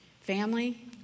Family